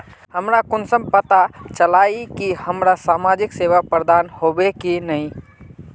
हमरा कुंसम पता चला इ की हमरा समाजिक सेवा प्रदान होबे की नहीं?